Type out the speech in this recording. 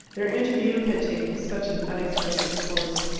their interview had taken such an unexpected course.